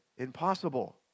impossible